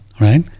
right